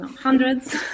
Hundreds